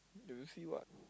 do you see what